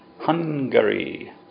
Hungary